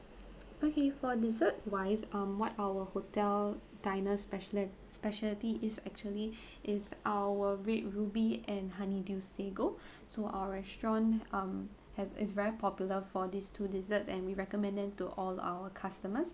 okay for dessert wise um what our hotel diners specially speciality is actually is our red ruby and honeydew sago so our restaurant um has is very popular for this two dessert and we recommend them to all our customers